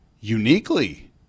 uniquely